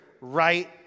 right